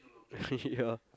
ya